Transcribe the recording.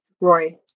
Roy